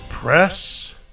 Press